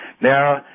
Now